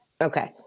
Okay